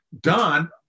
done